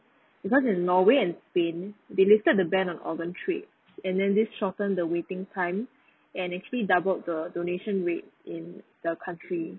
because in norway and spain they lifted the ban of organ trade and then this shorten the waiting time and actually doubled the donation rate in the country